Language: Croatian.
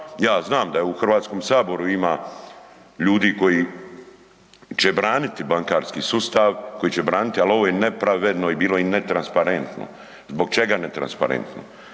Ja znam da je u HS-u ima ljudi koji će braniti bankarski sustav, koji će braniti, ali ovo je nepravedno i bilo i netransparentno. Zbog čega netransparentno?